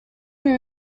new